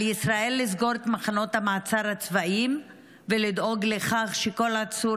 על ישראל לסגור את מחנות המעצר הצבאיים ולדאוג לכך שכל עצור